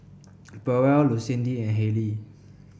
Powell Lucindy and Haylie